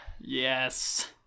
yes